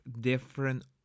different